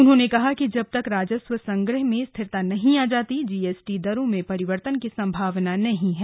उन्होंने कहा कि जब तक राजस्व संग्रह में स्थिरता नहीं आ जाती जीएसटी दरों में परिवर्तन की संभावना नहीं है